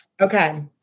Okay